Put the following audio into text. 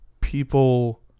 people